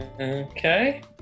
Okay